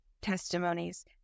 testimonies